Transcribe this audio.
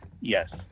Yes